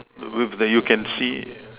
with that you can see